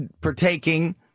partaking